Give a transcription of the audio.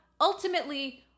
ultimately